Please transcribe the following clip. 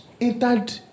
Entered